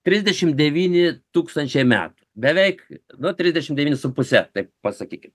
trisdešimt devyni tūkstančiai metų beveik nu trisdešimt devyni su puse taip pasakykim